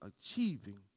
achieving